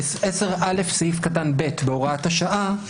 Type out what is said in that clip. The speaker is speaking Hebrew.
10א, סעיף קטן (ב) בהוראת השעה,